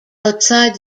outside